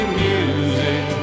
music